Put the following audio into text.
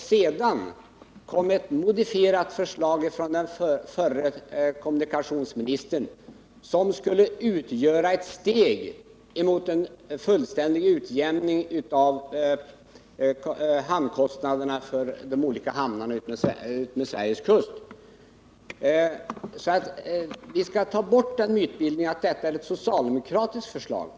Därefter kom ett modifierat förslag från den förre kommunikationsministern, vilket skulle utgöra ett steg mot en fullständig utjämning av kostnaderna för de olika hamnarna utmed Sveriges kust. Vi måste alltså avskaffa mytbildningen att det är fråga om ett socialdemokratiskt förslag.